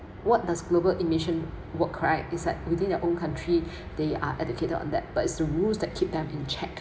what does global emission work right is like within their own country they are educated on that but it's the rules that keep them in check